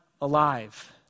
alive